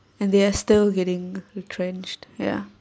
and they're still getting retrenched ya